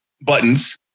buttons